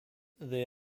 they